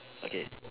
okay